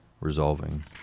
resolving